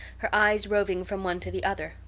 her eyes roving from one to the other,